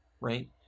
right